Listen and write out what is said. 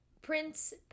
Prince